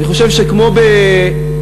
אני חושב שכמו בבינת-ג'בל,